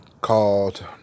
called